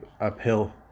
uphill